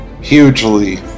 hugely